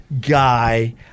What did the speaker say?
guy